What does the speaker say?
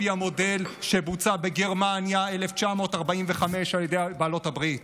פי המודל שבוצע בגרמניה 1945 על ידי בעלות הברית.